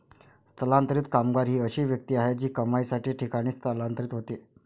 स्थलांतरित कामगार ही अशी व्यक्ती आहे जी कमाईसाठी ठिकाणी स्थलांतरित होते